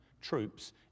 troops